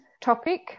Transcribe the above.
topic